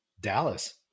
Dallas